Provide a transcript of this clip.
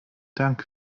dank